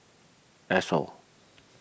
Esso